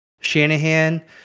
Shanahan